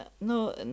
No